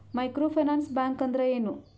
Micro finance bank ಅಂದ್ರ ಏನು?